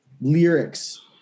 lyrics